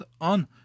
on